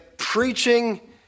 Preaching